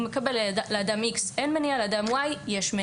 הוא מקבל לאדםX אין מניעה, לאדםY יש מניעה.